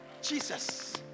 Jesus